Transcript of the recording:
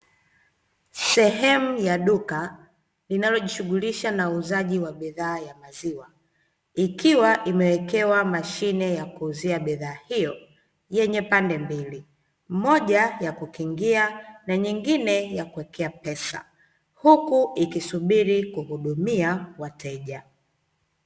Sehemu ya duka linalojishughulisha na uuzaji wa bidhaa ya maziwa, ikiwa imewekewa mashine ya kuuzia bidhaa hiyo yenye pande mbili, moja ya kukingia na nyingine ya kuwekea pesa huku ikisubiri kuhudumia wateja.